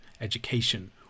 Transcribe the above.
education